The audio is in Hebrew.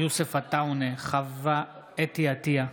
אינו נוכח יוסף עטאונה, אינו נוכח חוה אתי עטייה,